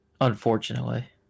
Unfortunately